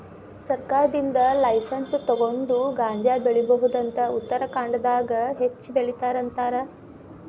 ಸರ್ಕಾರದಿಂದ ಲೈಸನ್ಸ್ ತುಗೊಂಡ ಗಾಂಜಾ ಬೆಳಿಬಹುದ ಅಂತ ಉತ್ತರಖಾಂಡದಾಗ ಹೆಚ್ಚ ಬೆಲಿತಾರ ಅಂತಾರ